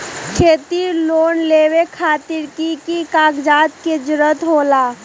खेती लोन लेबे खातिर की की कागजात के जरूरत होला?